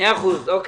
מאה אחוז.